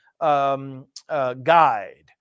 guide